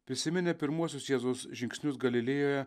prisiminę pirmuosius jėzus žingsnius galilėjoje